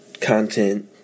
content